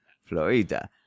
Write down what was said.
Florida